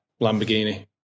lamborghini